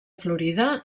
florida